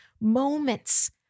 moments